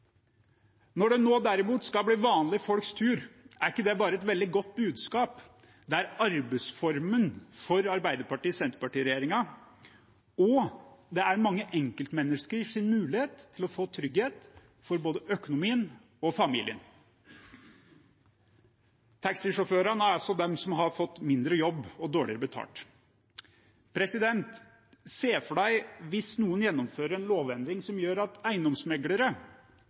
Når det nå derimot skal bli vanlige folks tur, er ikke det bare et veldig godt budskap. Det er arbeidsformen for Arbeiderparti–Senterparti-regjeringen, og det er mange enkeltmenneskers mulighet til å få trygghet for både økonomien og familien. Taxisjåførene er altså de som har fått mindre jobb og dårligere betalt. Hvis man ser for seg at noen gjennomfører en lovendring som gjør at eiendomsmeglere